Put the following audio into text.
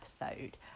episode